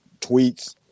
tweets